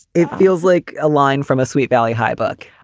it feels like a line from a sweet valley high book.